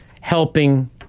helping